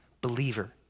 believer